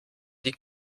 die